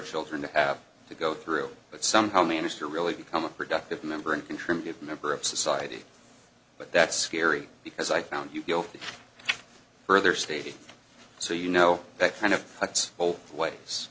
children to have to go through but somehow managed to really become a productive member and contribute member of society but that's scary because i found you guilty further stated so you know that kind of cuts both ways